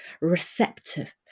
receptive